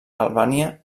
albània